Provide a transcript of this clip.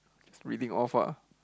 reading off ah